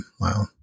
Wow